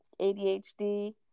ADHD